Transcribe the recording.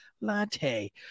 Latte